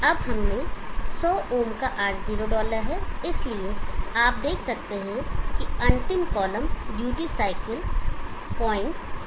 अब हमने 100 ओम का R0 डाला है और इसलिए आप देख सकते हैं कि अंतिम कॉलम ड्यूटी साइकिल 07837 है